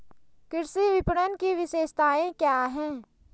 कृषि विपणन की विशेषताएं क्या हैं?